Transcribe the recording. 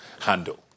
handle